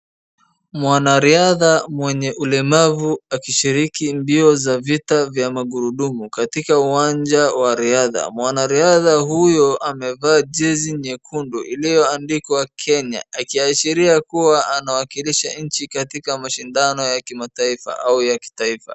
Mwanariadha mwenye ulemavu akishiriki mbio za vitu vya magurudumu katika uwanja wa riadha. Mwanariadha huyo amevaa jezi nyekundu iliyoandikwa Kenya akiashiria kuwa anawakilisha nchi katika mashuuindano ya kimataifa au ya kitaifa.